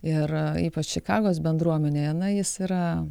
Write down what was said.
ir ypač čikagos bendruomenėje na jis yra